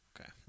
Okay